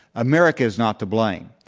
america is not to blame.